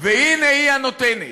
והנה, היא הנותנת.